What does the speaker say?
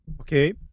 Okay